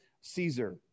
Caesar